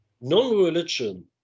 Non-religion